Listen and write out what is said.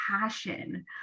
passion